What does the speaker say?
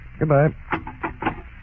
Goodbye